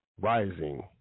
rising